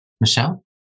Michelle